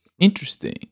Interesting